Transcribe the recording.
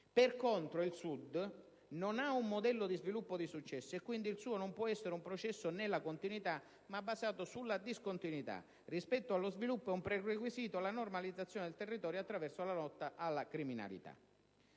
Per contro il Sud non ha un modello di sviluppo di successo e quindi il suo non può essere un processo nella continuità, ma basato sulla discontinuità. Rispetto allo sviluppo è un prerequisito la normalizzazione del territorio, attraverso la lotta alla criminalità».